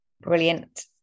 Brilliant